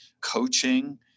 coaching